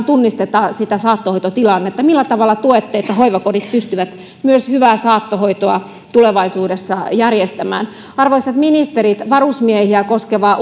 tunnisteta saattohoitotilannetta millä tavalla tuette sitä että hoivakodit pystyvät myös hyvää saattohoitoa tulevaisuudessa järjestämään arvoisat ministerit varusmiehiä koskeva